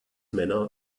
männer